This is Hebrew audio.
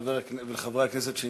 חבר הכנסת גטאס,